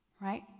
Right